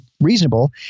reasonable